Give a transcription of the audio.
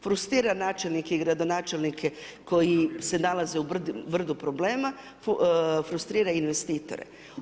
Frustrira načelnike i gradonačelnike koji se nalaze u brdu problema, frustrira investitore.